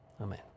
Amen